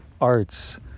arts